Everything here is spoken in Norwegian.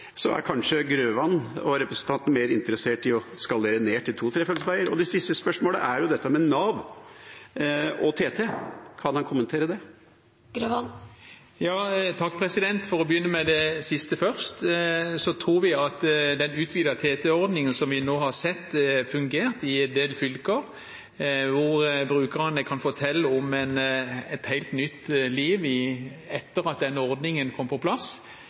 så er kanskje representanten Grøvan mer interessert i å skalere ned til to- og trefeltsveier? Det siste spørsmålet er dette med Nav og TT. Kan han kommentere det? For å ta det siste først. Den utvidede TT-ordningen, som vi nå har sett fungere i en del fylker, og hvor brukerne kan fortelle om et helt nytt liv etter at denne ordningen kom på plass,